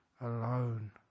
alone